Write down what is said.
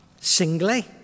singly